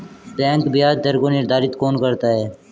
Bank ब्याज दर को निर्धारित कौन करता है?